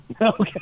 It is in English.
Okay